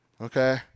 Okay